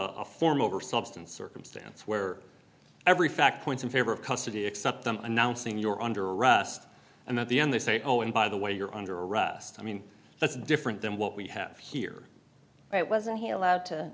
a form over substance circumstance where every fact points in favor of custody except them announcing your under arrest and at the end they say oh and by the way you're under arrest i mean that's different than what we have here it wasn't he allowed to